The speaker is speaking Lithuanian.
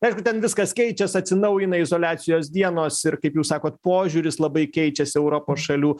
aišku ten viskas keičias atsinaujina izoliacijos dienos ir kaip jūs sakot požiūris labai keičiasi europos šalių